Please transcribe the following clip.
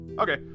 Okay